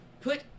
put